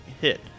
hit